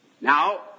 now